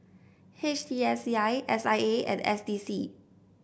H T S C I S I A and S D C